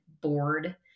bored